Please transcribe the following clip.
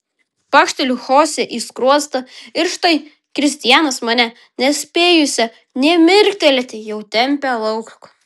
pakšteliu chosė į skruostą ir štai kristianas mane nespėjusią nė mirktelėti jau tempia lauk